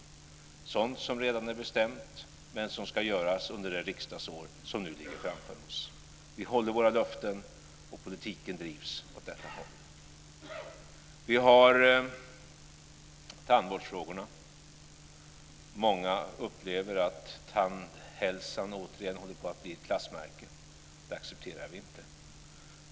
Det är sådant som redan är bestämt, men som ska göras under det riksdagsår som nu ligger framför oss. Vi håller våra löften, och politiken drivs åt detta håll. Vi har tandvårdsfrågorna. Många upplever att tandhälsan återigen håller på att bli ett klassmärke. Det accepterar vi inte.